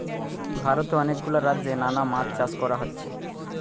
ভারতে অনেক গুলা রাজ্যে নানা মাছ চাষ কোরা হচ্ছে